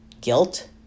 guilt